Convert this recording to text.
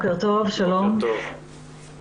אנחנו